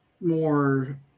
More